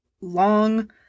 long